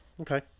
Okay